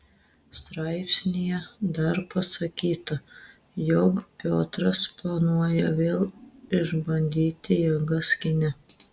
straipsnyje dar pasakyta jog piotras planuoja vėl išbandyti jėgas kine